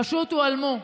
פשוט הועלמו.